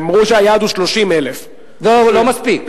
אמרו שהיעד הוא 30,000. לא מספיק.